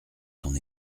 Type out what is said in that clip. ton